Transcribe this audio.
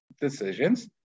decisions